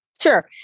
sure